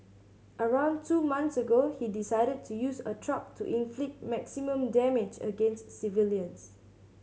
around two months ago he decided to use a truck to inflict maximum damage against civilians